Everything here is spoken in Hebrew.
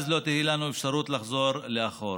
שאז לא תהיה לנו אפשרות לחזור לאחור.